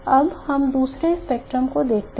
अब हम दूसरे स्पेक्ट्रम को देखते हैं